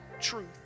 truth